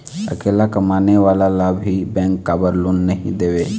अकेला कमाने वाला ला भी बैंक काबर लोन नहीं देवे?